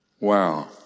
Wow